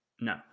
No